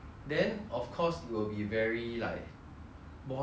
boring lah sit down there plus look at words